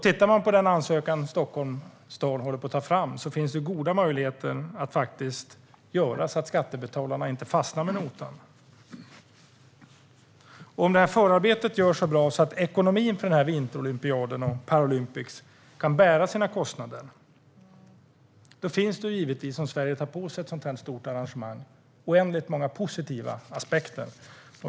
Tittar man på den ansökan som Stockholms stad håller på att ta fram ser man att det finns goda möjligheter att faktiskt göra så att skattebetalarna inte fastnar med notan. Om förarbetet görs så bra att den här vinterolympiaden och Paralympics kan bära sina kostnader finns det, om Sverige tar på sig ett sådant här stort arrangemang, oändligt många positiva aspekter.